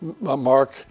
Mark